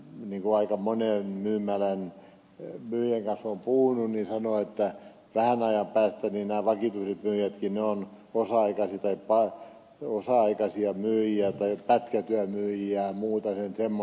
kun aika monen myymälän myyjän kanssa olen puhunut niin sanovat että vähän ajan päästä nämä vakituiset myyjätkin ovat osa aikaisia myyjiä tai pätkätyömyyjiä ja muuta sen semmoista